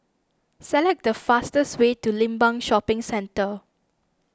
select the fastest way to Limbang Shopping Centre